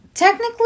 technically